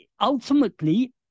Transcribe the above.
ultimately